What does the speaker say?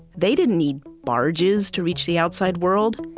they didn't need barges to reach the outside world.